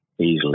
easily